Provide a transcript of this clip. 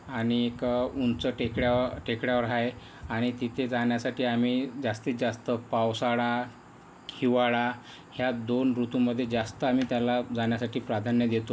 आणि उंच टेकड्या टेकड्यावर आहे आणि तिथे जाण्यासाठी आम्ही जास्तीत जास्त पावसाळा हिवाळा ह्या दोन ऋतूंमध्ये जास्त आम्ही त्याला जाण्यासाठी प्राधान्य देतो